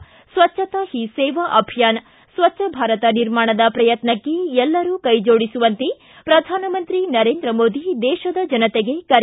ಸ್ವಚ್ಛತಾ ಹೀ ಸೇವಾ ಅಭಿಯಾನ ಸ್ವಚ್ಛತಾ ಭಾರತ ನಿರ್ಮಾಣದ ಪ್ರಯತ್ನಕ್ಕೆ ಎಲ್ಲರೂ ಕೈ ಜೋಡಿಸುವಂತೆ ಪ್ರಧಾನಮಂತ್ರಿ ನರೇಂದ್ರ ಮೋದಿ ದೇಶದ ಜನತೆಗೆ ಕರೆ